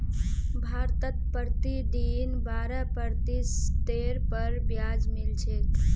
भारतत प्रतिदिन बारह प्रतिशतेर पर ब्याज मिल छेक